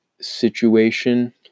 situation